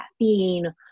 caffeine